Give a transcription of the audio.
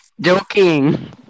joking